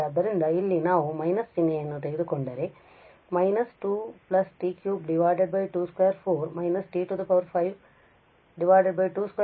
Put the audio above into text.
ಆದ್ದರಿಂದ ಇಲ್ಲಿ ನಾವು ಮೈನಸ್ ಚಿಹ್ನೆಯನ್ನು ತೆಗೆದುಕೊಂಡರೆ ನಾವು − 2 t 3 2 24 − t 5 2 24 2 6 ⋯